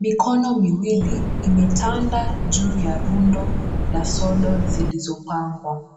Mikono miwili imetanda juu ya rundo la sodo zilizopangwa.